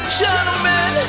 gentlemen